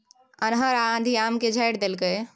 अन्हर आ आंधी आम के झाईर देलकैय?